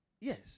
Yes